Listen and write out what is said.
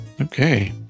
Okay